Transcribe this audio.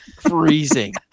freezing